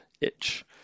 itch